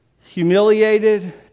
humiliated